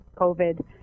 COVID